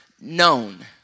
known